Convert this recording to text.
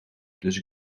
dus